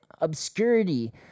obscurity